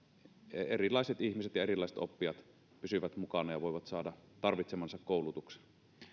erilaiset ihmiset ja erilaiset oppijat pysyvät mukana ja voivat saada tarvitsemansa koulutuksen